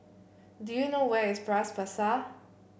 do you know where is Bras Basah